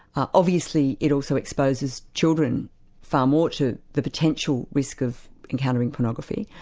obviously it also exposes children far more to the potential risk of encountering pornography.